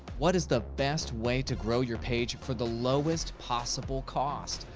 what is the best way to grow your page for the lowest possible cost?